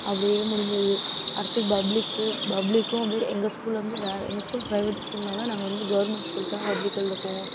அப்படியே முடிஞ்சுது அடுத்து பப்ளிக்கு பப்ளிக்கும் அப்படியே எங்கள் ஸ்கூல்லேருந்து வேற எங்கள் ஸ்கூல் பிரைவேட் ஸ்கூல்னால நாங்கள் வந்து கவுர்மெண்ட் ஸ்கூலுக்கு தான் பப்ளிக் எழுத போவோம்